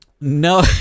No